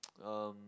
um